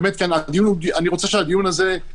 אני רוצה שהדיון הזה,